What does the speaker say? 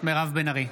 מירב בן ארי,